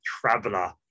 traveler